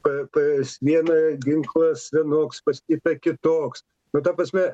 p p snieme ginklas vienoks pastipę kitoks nu ta prasme